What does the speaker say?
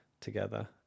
together